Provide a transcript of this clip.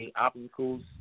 obstacles